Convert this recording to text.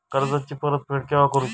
कर्जाची परत फेड केव्हा करुची?